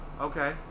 okay